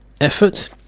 effort